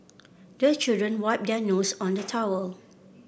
the children wipe their noses on the towel